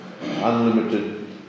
unlimited